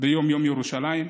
ביום ירושלים,